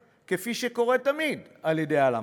כפי שקורה תמיד, על-ידי הלמ"ס.